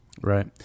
Right